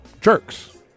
jerks